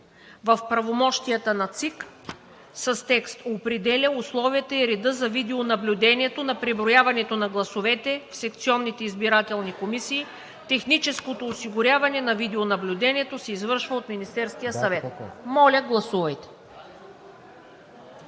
в правомощията на ЦИК, с текст: „34. определя условията и реда за видеонаблюдението на преброяването на гласовете в секционните избирателни комисии; техническото осигуряване на видеонаблюдението се извършва от Министерския съвет;“ Гласували